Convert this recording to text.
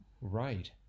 Right